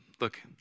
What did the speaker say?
Look